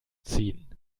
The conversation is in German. ziehen